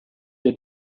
der